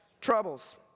troubles